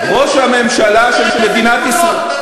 באיזה גבולות?